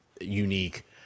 unique